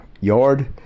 yard